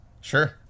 sure